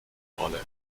rolle